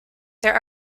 there